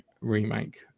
remake